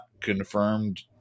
confirmed